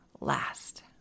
last